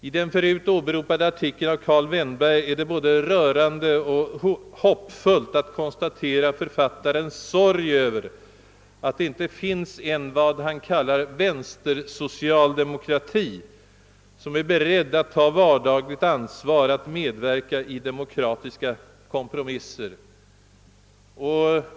I den förut åberopade artikeln av Karl Vennberg är det både rörande och hoppfullt att konstatera författarens sorg över att det inte finns vad han kallar en vänstersocialdemokrati, som är »beredd att ta vardagligt ansvar, att medverka i demokratiska kompromisser».